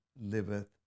liveth